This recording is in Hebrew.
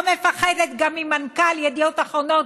לא מפחדת גם ממנכ"ל ידיעות אחרונות,